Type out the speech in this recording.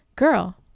girl